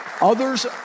others